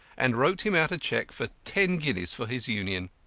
and wrote him out a check for ten guineas for his union.